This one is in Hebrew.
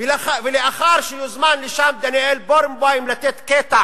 סעיד, ולאחר שיוזמן לשם דניאל ברנבוים לתת קטע